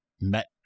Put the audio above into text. met